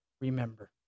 remember